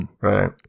Right